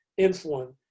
Insulin